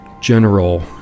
general